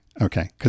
Okay